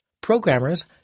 Programmers